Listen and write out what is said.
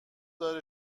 داره